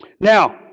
Now